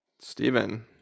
Stephen